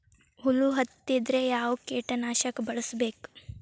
ಹುಳು ಹತ್ತಿದ್ರೆ ಯಾವ ಕೇಟನಾಶಕ ಬಳಸಬೇಕ?